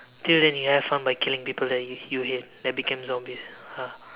till then you'll have fun by killing people that you hate that became zombies ha